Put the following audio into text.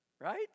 Right